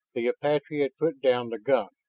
the apache had put down the gun,